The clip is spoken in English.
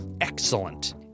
Excellent